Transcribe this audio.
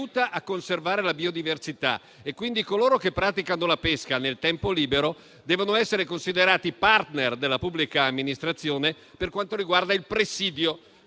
a conservare la biodiversità. Coloro che quindi praticano la pesca nel tempo libero devono essere considerati *partner* della pubblica amministrazione per quanto riguarda il presidio